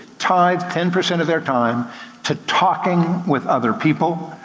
tithe ten percent of their time to talking with other people,